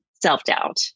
self-doubt